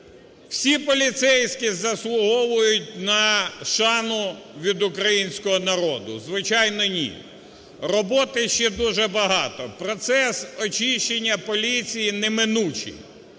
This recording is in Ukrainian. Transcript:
всі поліцейські заслуговують на шану від українського народу? Звичайно, ні. Роботи ще дуже багато, процес очищення поліції неминучий.